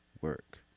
work